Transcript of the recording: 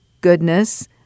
goodness